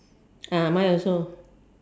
ah mine also